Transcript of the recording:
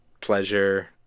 pleasure